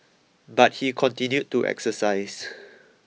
but he continued to exercise